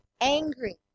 angry